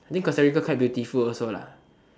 I think Costa-Rica quite beautiful also lah